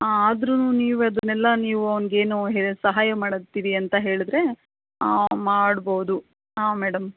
ಆದರುನು ನೀವು ಅದನೆಲ್ಲ ನೀವು ಅವನ್ಗೇನು ಹೇಳಿ ಸಹಾಯ ಮಾಡುತ್ತಿರಿ ಅಂತ ಹೇಳಿದ್ರೆ ಮಾಡ್ಬೋದು ಹಾಂ ಮೇಡಮ್